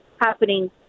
happening